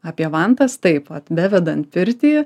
apie vantas taip vat bevedant pirtį